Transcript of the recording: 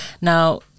Now